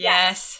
Yes